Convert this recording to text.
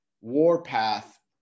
Warpath